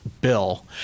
bill